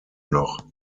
noch